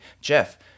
Jeff